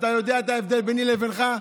אתה יודע את ההבדל ביני לבינך?